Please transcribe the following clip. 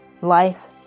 life